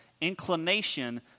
Inclination